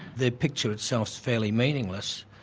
the picture itself is fairly meaningless.